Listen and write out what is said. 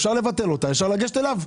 אפשר לבטל אותה ואפשר לגשת אליו.